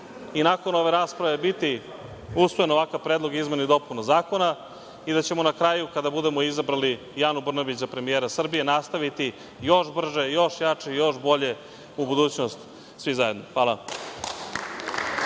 i nakon ove rasprave biti usvojen ovakav predlog izmena i dopuna zakona i da ćemo na kraju, kada budemo izabrali i Anu Brnabić za premijera Srbije, nastaviti još brže, još jače, još bolje u budućnost svi zajedno. Hvala.